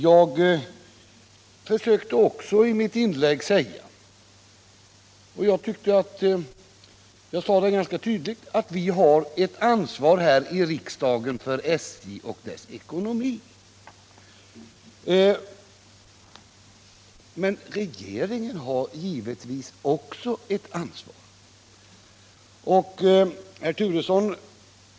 Jag försökte också i mitt inlägg säga — och jag tyckte att jag sade det ganska — Nr 63 tydligt — att vi har ett ansvar här i riksdagen för SJ och dess ekonomi. Men regeringen har givetvis också ett ansvar. Herr Turesson!